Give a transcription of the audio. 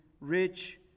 rich